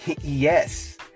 Yes